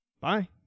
Bye